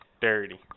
Dirty